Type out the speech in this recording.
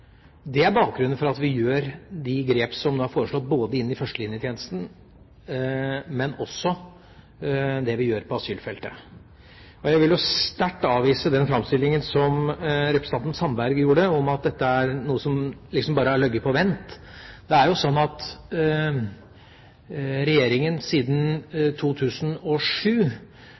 Det er bakgrunnen for at vi gjør de grep som nå er foreslått inn i førstelinjetjenesten, men også det vi gjør på asylfeltet. Jeg vil sterkt avvise representanten Sandbergs framstilling om at dette er noe som liksom bare har ligget på vent. Det er slik at regjeringen siden 2007